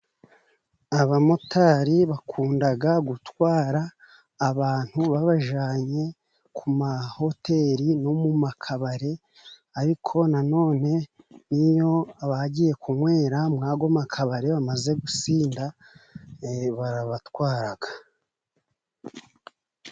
Abamotari bakunda gutwara abantu babajyanye ku mahoteli no mu ma kabari . Ariko na none iyo abagiye kunywera muri ayo makabari bamaze gusinda, barabatwara.